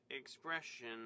expression